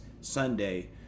Sunday